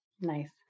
Nice